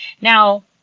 Now